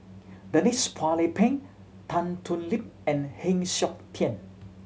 Denise Phua Lay Peng Tan Thoon Lip and Heng Siok Tian